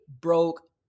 broke